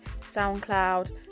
SoundCloud